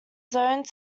zoned